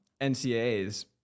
NCAAs